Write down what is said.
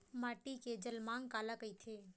माटी के जलमांग काला कइथे?